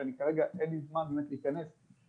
שאני כרגע אין לי זמן באמת להיכנס לזה,